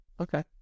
Okay